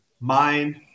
Mind